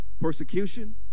persecution